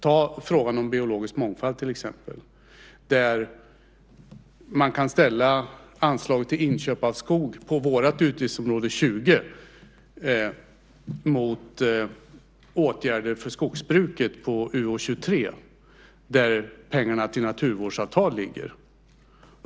Ta frågan om biologisk mångfald till exempel och ställ anslaget till inköp av skog på utgiftsområde 20 mot åtgärder för skogsbruket på utgiftsområde 23, där pengarna till naturvårdsavtal ligger.